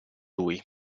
lui